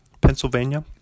Pennsylvania